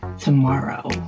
tomorrow